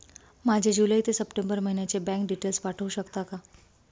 माझे जुलै ते सप्टेंबर महिन्याचे बँक डिटेल्स पाठवू शकता का?